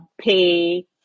pay